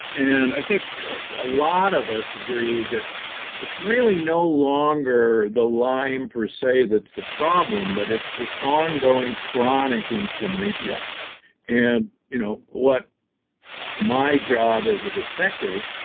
and i think a lot of us agree that it's really no longer the lyme per se that's the problem, but it's this ongoing chronic inflammation. yeah and you know what my job as a detective